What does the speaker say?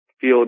feel